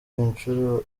incuro